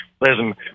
Listen